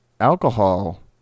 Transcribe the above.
alcohol